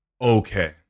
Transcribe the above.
Okay